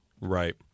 right